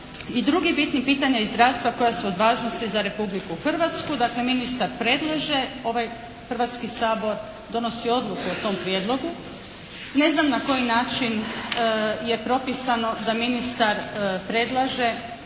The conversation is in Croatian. i drugih bitnih pitanja iz zdravstva koja su od važnosti za Republiku Hrvatsku. Dakle, ministar predlaže, ovaj Hrvatski sabor donosi odluku o tom prijedlogu. Ne znam na koji način je propisano da ministar predlaže